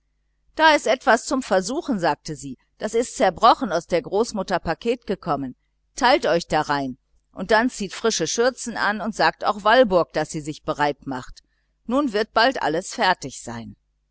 das ist etwas zum versuchen rief sie das ist zerbrochen aus der großmutter paket gekommen teilt euch darein und dann zieht frische schürzen an und sagt auch walburg daß sie sich bereit macht nun wird bald alles fertig sein